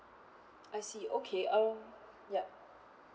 I see okay um yup